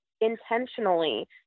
intentionally